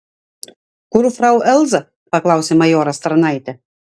kur frau elza paklausė majoras tarnaitę